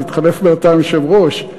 התחלף בינתיים יושב-ראש.